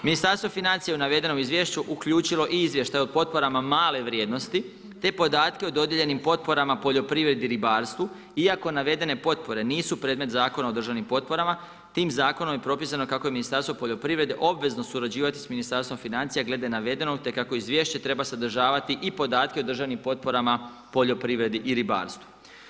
Ministarstvo financija u navedenom izvješću je uključilo i izvještaj o potporama male vrijednosti te podatke o dodijeljenim potporama poljoprivredi i ribarstvu iako navedene potpore nisu predmet Zakona o državnim potporama tim zakonom je propisano kako je Ministarstvo poljoprivrede obvezno surađivati s Ministarstvom financija glede navedenog te kako izvješće treba sadržavati i podatke o državnim potporama poljoprivredi i ribarstvu.